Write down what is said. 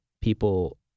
people